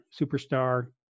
superstar